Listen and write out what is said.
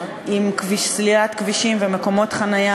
עם סלילת כבישים ומקומות חניה,